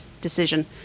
decision